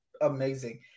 amazing